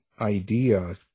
idea